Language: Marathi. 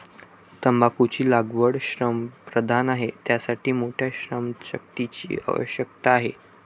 तंबाखूची लागवड श्रमप्रधान आहे, त्यासाठी मोठ्या श्रमशक्तीची आवश्यकता आहे